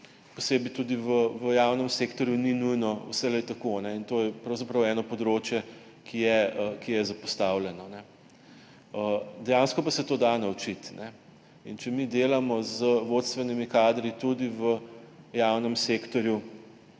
posebej tudi v javnem sektorju, ni nujno vselej tako. To je pravzaprav eno področje, ki je zapostavljeno. Dejansko pa se tega da naučiti. Če mi delamo z vodstvenimi kadri tudi v javnem sektorju